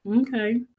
okay